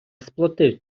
сплатив